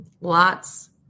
lots